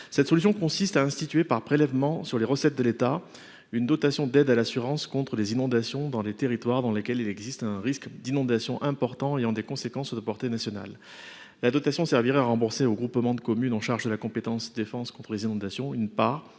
Cette solution consiste à instituer par prélèvement sur les recettes de l'État une dotation d'aide à l'assurance contre les inondations dans les territoires « dans lesquels il existe un risque d'inondation important ayant des conséquences de portée nationale ». La dotation servirait à rembourser au groupement de communes chargé de la compétence « défense contre les inondations » une part